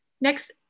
Next